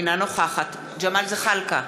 אינה נוכחת ג'מאל זחאלקה,